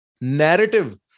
narrative